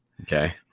Okay